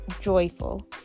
joyful